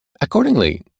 Accordingly